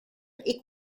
est